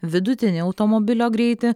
vidutinį automobilio greitį